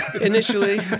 Initially